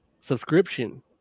subscription